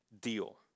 deal